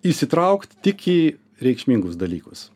įsitraukt tik į reikšmingus dalykus